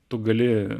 tu gali